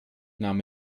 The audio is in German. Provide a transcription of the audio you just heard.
nahm